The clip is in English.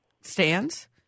stands